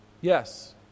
Yes